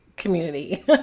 community